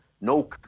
no